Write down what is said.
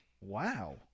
Wow